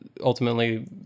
ultimately